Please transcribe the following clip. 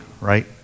right